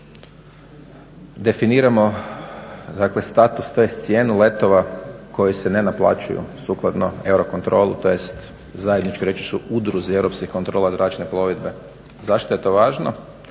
definiramo status tj. cijenu letova koji se ne naplaćuju sukladno eurocontrolu tj. zajedničkoj reći ću udruzi europskih kontrola zračne plovidbe. Zašto je to važno,